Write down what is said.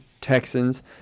Texans